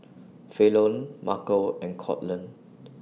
Falon Marco and Courtland